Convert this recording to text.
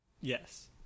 Yes